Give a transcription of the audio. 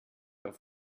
auf